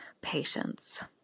Patience